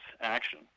action